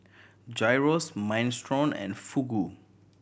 Gyros Minestrone and Fugu